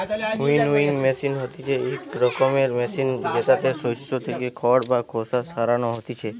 winnowing machine হতিছে ইক রকমের মেশিন জেতাতে শস্য থেকে খড় বা খোসা সরানো হতিছে